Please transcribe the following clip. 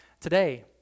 today